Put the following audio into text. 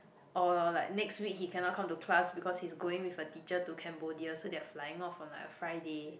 or like next week he cannot come to class because he's going with a teacher to Cambodia so they're flying off on like a Friday